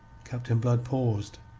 captain blood paused,